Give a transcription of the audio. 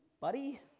buddy